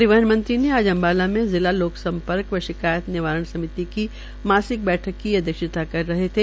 परिवहन मंत्री ने आज अम्बाला के जिला लोकसम्पर्क व शिकायत निवारण समिति की मासिक बैठक की अध्यक्षता कर रहे थे